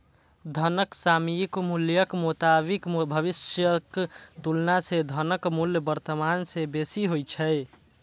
धनक सामयिक मूल्यक मोताबिक भविष्यक तुलना मे धनक मूल्य वर्तमान मे बेसी होइ छै